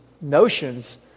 notions